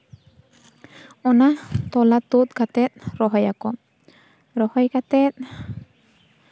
ᱚᱱᱟ ᱛᱚᱞᱟ ᱛᱩᱫᱽ ᱠᱟᱛᱮ ᱨᱚᱦᱚᱭᱟᱠᱚ ᱨᱚᱦᱚᱭ ᱠᱟᱛᱮ